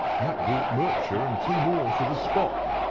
that brought murcher and two more to the spot.